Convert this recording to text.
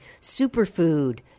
Superfood